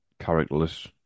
characterless